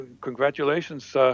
Congratulations